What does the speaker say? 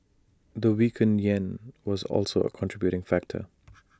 the weakened Yen was also A contributing factor